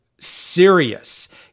serious